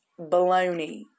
baloney